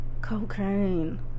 cocaine